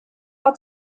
war